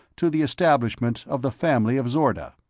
to the establishment of the family of zorda.